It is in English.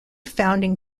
founding